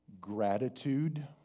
gratitude